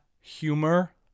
humor